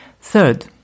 Third